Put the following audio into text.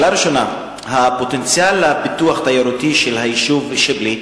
השאלה הראשונה: הפוטנציאל לפיתוח תיירותי של היישוב שיבלי,